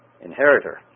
inheritor